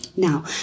Now